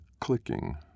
clicking